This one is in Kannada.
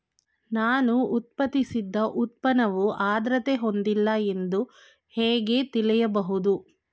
ನಾನು ಉತ್ಪಾದಿಸಿದ ಉತ್ಪನ್ನವು ಆದ್ರತೆ ಹೊಂದಿಲ್ಲ ಎಂದು ಹೇಗೆ ತಿಳಿಯಬಹುದು?